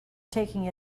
taking